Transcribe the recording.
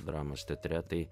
dramos teatre tai